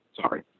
Sorry